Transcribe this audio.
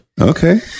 Okay